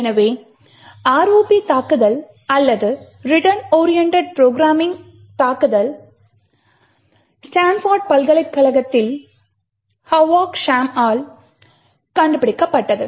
எனவே ROP தாக்குதல் அல்லது ரிட்டர்ன் ஓரியன்டேட் ப்ரோக்ராம்மிங் தாக்குதல் ஸ்டான்போர்ட் பல்கலைக்கழகத்தில் ஹோவாவ் ஷாச்சம்மால் கண்டுபிடிக்கப்பட்டது